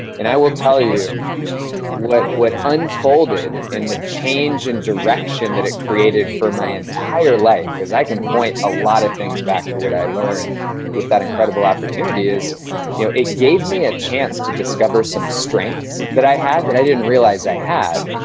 and i will tell you what what unfolded and the change in direction that it created for my entire life, because i can point a lot of things back to what i learned with that incredible opportunity is you know it gave me a chance to discover some strengths that i had that i didn't realize i had.